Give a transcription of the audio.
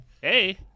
Hey